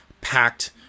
packed